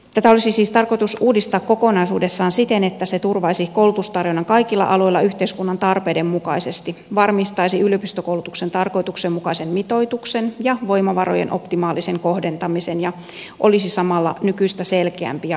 tätä olisi siis tarkoitus uudistaa kokonaisuudessaan siten että se turvaisi koulutustarjonnan kaikilla aloilla yhteiskunnan tarpeiden mukaisesti varmistaisi yliopistokoulutuksen tarkoituksenmukaisen mitoituksen ja voimavarojen optimaalisen kohdentamisen ja olisi samalla nykyistä selkeämpi ja läpinäkyvämpi